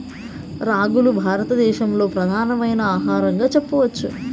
రాగులు భారత దేశంలో ప్రధానమైన ఆహారంగా చెప్పచ్చు